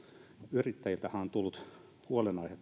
yrittäjiltähän on tullut huolenaihe